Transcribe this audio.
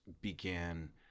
began